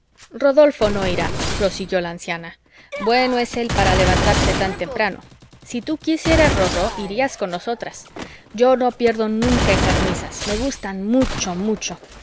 rodolfo no irá prosiguió la anciana bueno es él para levantarse tan temprano si tú quisieras rorró irías con nosotras yo no pierdo nunca esas misas me gustan mucho mucho